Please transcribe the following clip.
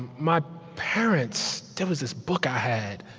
my parents there was this book i had,